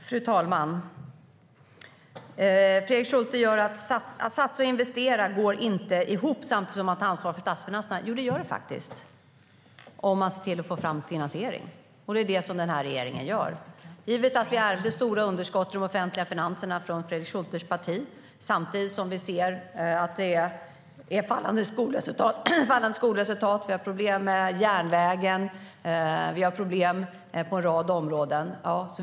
Fru talman! Att satsa och investera, säger Fredrik Schulte, går inte ihop med att ta ansvar för statsfinanserna. Jo, det gör det faktiskt, om man ser till att få fram finansiering, och det är detta som den här regeringen gör. Vi ärvde stora underskott i finanserna från Fredrik Schultes parti samtidigt som vi ser fallande skolresultat. Vi har problem med järnvägen och på en rad andra områden.